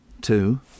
two